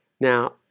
Now